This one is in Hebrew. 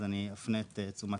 אני אפנה את תשומת ליבה.